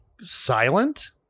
silent